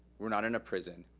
we're not in a prison.